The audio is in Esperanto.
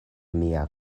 mia